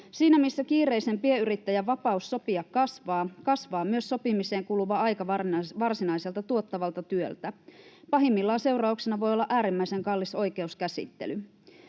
Siinä missä kiireisen pienyrittäjän vapaus sopia kasvaa, kasvaa myös sopimiseen kuluva aika varsinaiselta tuottavalta työltä. Pahimmillaan seurauksena voi olla äärimmäisen kallis oikeuskäsittely.